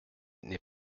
n’est